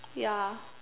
ya